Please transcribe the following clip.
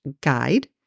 guide